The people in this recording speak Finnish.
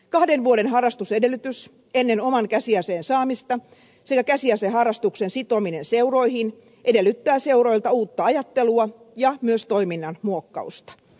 kahden vuoden harrastusedellytys ennen oman käsiaseen saamista sekä käsiaseharrastuksen sitominen seuroihin edellyttää seuroilta uutta ajattelua ja myös toiminnan muokkausta